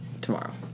tomorrow